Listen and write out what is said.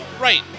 Right